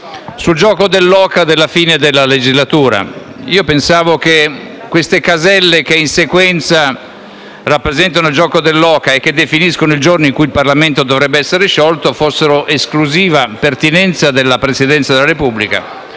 nel gioco dell'oca sulla fine della legislatura. Io pensavo che queste caselle, che in sequenza rappresentano il gioco dell'oca e che definiscono il giorno in cui il Parlamento dovrebbe essere sciolto, fossero esclusiva pertinenza della Presidenza della Repubblica,